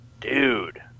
dude